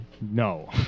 No